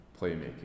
playmaking